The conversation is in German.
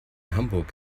hamburg